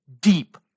deep